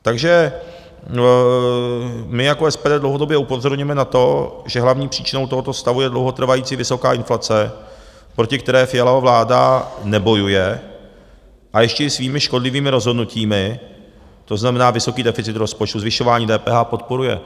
Takže my jako SPD dlouhodobě upozorňujeme na to, že hlavní příčinou tohoto stavu je dlouhotrvající vysoká inflace, proti které Fiala vláda nebojuje, a ještě je svými škodlivými rozhodnutími to znamená, vysoký deficit rozpočtu, zvyšování DPH podporuje.